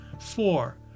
four